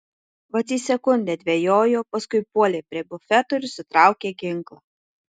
vacys sekundę dvejojo paskui puolė prie bufeto ir išsitraukė ginklą